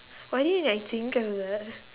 why didn't I think of that